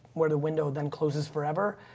where the window then closes forever.